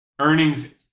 earnings